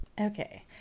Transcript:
Okay